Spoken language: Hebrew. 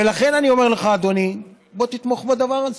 ולכן אני אומר לך, אדוני, בוא תתמוך בדבר הזה,